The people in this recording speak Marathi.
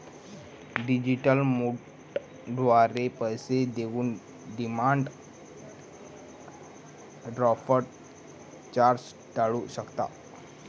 डिजिटल मोडद्वारे पैसे देऊन डिमांड ड्राफ्ट चार्जेस टाळू शकता